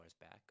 back